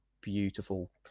beautiful